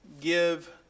give